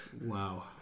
Wow